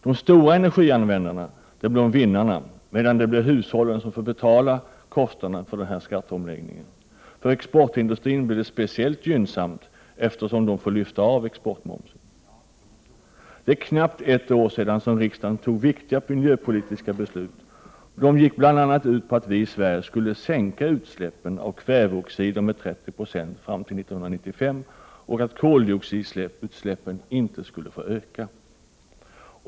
De stora energianvändarna blir vinnarna, medan hushållen får betala kostnaderna för denna skatteomläggning. För exportindustrin blir det speciellt gynnsamt, eftersom den får lyfta av exportmomsen. Det är knappt ett år sedan riksdagen fattade viktiga miljöpolitiska beslut. De gick bl.a. ut på att vi i Sverige skulle minska utsläppen av kväveoxider med 30 I fram till år 1995 och att koldioxidutsläppen inte skulle få öka.